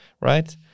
right